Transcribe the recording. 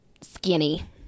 skinny